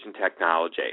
technology